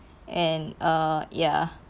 and err ya